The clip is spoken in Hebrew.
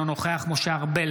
אינו נוכח משה ארבל,